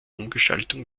umgestaltung